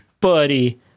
buddy